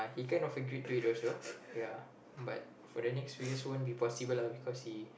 he kind of agreed to it also ya but for the next few years won't be possible lah because he